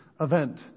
event